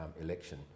election